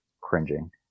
cringing